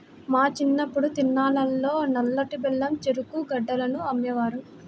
మా చిన్నప్పుడు తిరునాళ్ళల్లో నల్లటి బెల్లం చెరుకు గడలను అమ్మేవారు